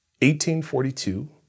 1842